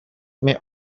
may